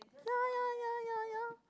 ya ya ya ya ya